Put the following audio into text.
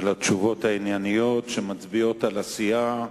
על התשובות הענייניות שמצביעות על עשייה,